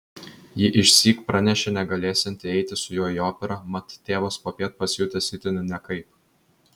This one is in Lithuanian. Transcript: ji išsyk pranešė negalėsianti eiti su juo į operą mat tėvas popiet pasijutęs itin nekaip